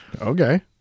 okay